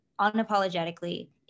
unapologetically